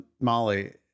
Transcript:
Molly